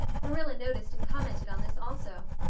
marilla noticed and commented on this also.